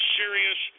serious